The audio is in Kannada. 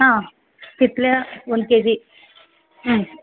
ಹಾಂ ಕಿತ್ತಳೆ ಒಂದು ಕೆ ಜಿ ಹ್ಞೂ